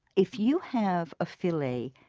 if you have a filet,